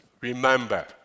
Remember